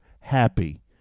happy